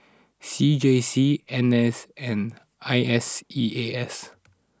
C J C N S and I S E A S